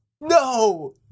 No